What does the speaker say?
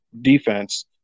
defense